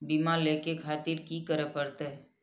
बीमा लेके खातिर की करें परतें?